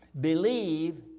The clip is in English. Believe